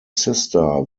sister